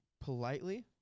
politely